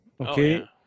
Okay